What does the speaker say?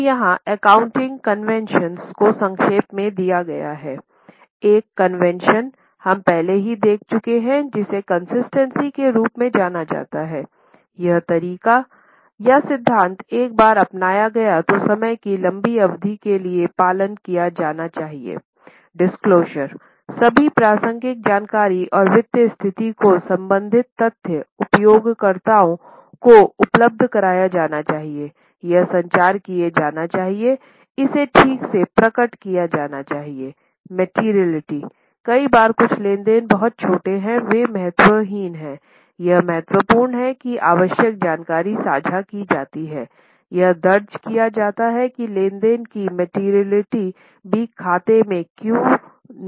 अब यहाँ accounting convention भी खाते में क्यों ली गई है